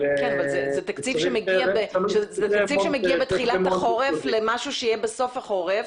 זה תקציב שמגיע בתחילת החורף למשהו שיהיה בסוף החורף